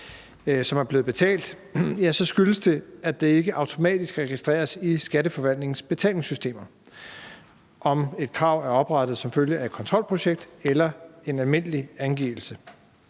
som er blevet betalt, så skyldes det, at det ikke automatisk registreres i Skatteforvaltningens betalingssystemer, altså om et krav er oprettet som følge af et kontrolprojekt eller en almindelig angivelse.